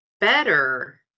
better